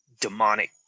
demonic